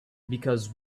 because